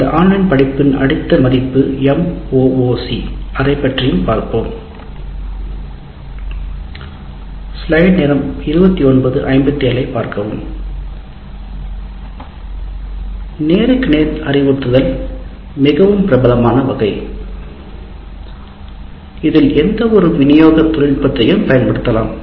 அந்த ஆன்லைன் பாடத்தின் அடுத்த பதிப்பு MOOC அதைப்பற்றி பார்ப்போம் நேருக்கு நேர் அறிவுறுத்தல் மிகவும் பிரபலமான வகை இதில் எந்தவொரு விநியோக தொழில்நுட்பத்தையும் பயன்படுத்தலாம்